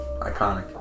iconic